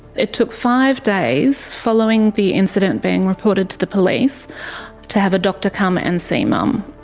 it took five days following the incident being reported to the police to have a doctor come and see mum.